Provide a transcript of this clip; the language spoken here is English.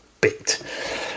bit